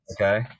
okay